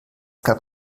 gab